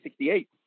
1968